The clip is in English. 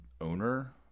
owner